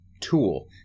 tool